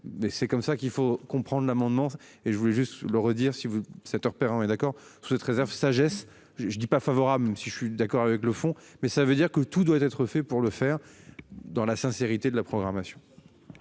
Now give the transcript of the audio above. c'est comme ça qu'il faut comprendre l'amendement et je voulais juste le redire si vous 7h Perrin et d'accord sous cette réserve sagesse. Je ne dis pas favorable même si je suis d'accord avec le fond mais ça veut dire que tout doit être fait pour le faire dans la sincérité de la programmation.